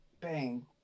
Bang